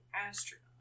astronaut